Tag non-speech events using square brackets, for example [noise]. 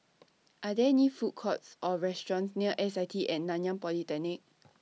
Are There Food Courts Or restaurants near S I T At Nanyang Polytechnic [noise]